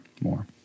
more